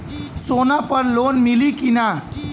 सोना पर लोन मिली की ना?